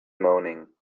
moaning